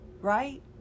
right